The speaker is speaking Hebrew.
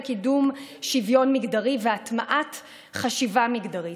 קידום שוויון מגדרי והטמעת חשיבה מגדרית.